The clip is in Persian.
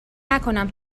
نکنم